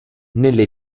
nelle